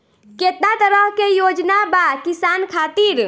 केतना तरह के योजना बा किसान खातिर?